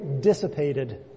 dissipated